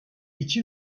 iki